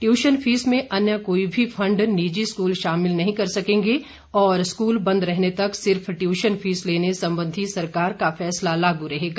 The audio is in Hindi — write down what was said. ट्यूशन फीस में अन्य कोई भी फंड निजी स्कूल शामिल नहीं कर सकेंगे और स्कूल बंद रहने तक सिर्फ ट्यूशन फीस लेने संबंधी सरकार का फैसला लागू रहेगा